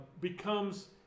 becomes